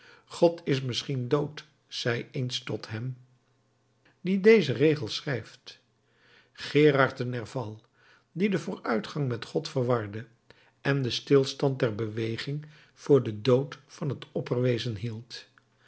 god is misschien dood zei eens tot hem die deze regels schrijft gerard de nerval die den vooruitgang met god verwarde en den stilstand der beweging voor den dood van het opperwezen hield